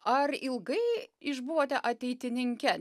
ar ilgai išbuvote ateitininke